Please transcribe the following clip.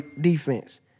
defense